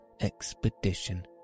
expedition